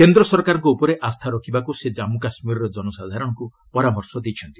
କେନ୍ଦ୍ର ସରକାରଙ୍କ ଉପରେ ଆସ୍ଥା ରଖିବାକୁ ସେ ଜାମ୍ମୁ କାଶ୍ମୀରର ଜନସାଧାରଣଙ୍କୁ ପରାମର୍ଶ ଦେଇଛନ୍ତି